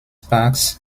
parks